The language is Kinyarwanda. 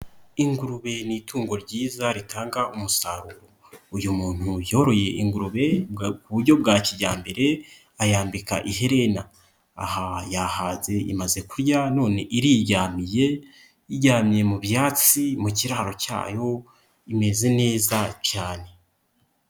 Ingurube ni itungo ryiza ritanga umusaruro. Uyu muntu yoroye ingurube mu buryo bwa kijyambere ayambika iherena. Aha yahatse imaze kurya none iriryamiye, iryaye mu byatsi mu kiraro cyayo imeze neza cyane.